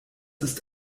ist